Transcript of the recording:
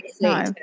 no